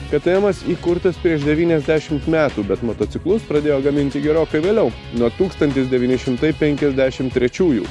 ktmas įkurtas prieš devyniasdešimt metų bet motociklus pradėjo gaminti gerokai vėliau nuo tūkstantis devyni šimtai penkiasdešim trečiųjų